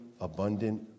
abundant